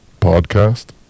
Podcast